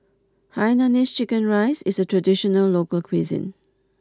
Hainanese Chicken Rice is a traditional local cuisine